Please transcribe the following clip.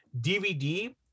DVD